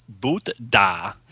Buddha